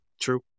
True